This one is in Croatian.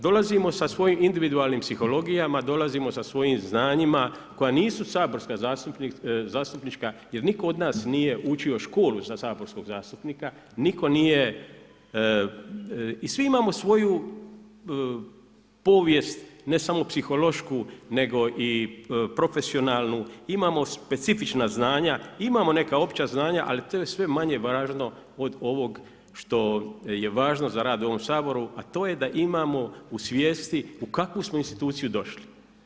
Dolazimo sa svojim individualnim psihologijama, dolazimo sa svojim znanjima koja nisu saborska zastupnička jer nitko od nas nije učio školu za saborskog zastupnika, nitko nije, i svi imamo svoju povijest ne samo psihološku nego i profesionalnu, imamo specifična znanja i imamo neka opća znanja ali to je sve manje važno od ovog što je važno za rad u ovom Saboru a to je da imamo u svijesti u kakvu smo instituciju došli.